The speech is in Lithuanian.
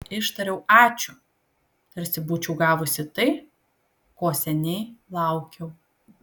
ištariau ačiū tarsi būčiau gavusi tai ko seniai laukiau